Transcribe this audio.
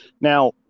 now